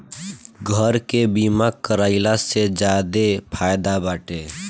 घर के बीमा कराइला से ज्यादे फायदा बाटे